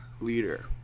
leader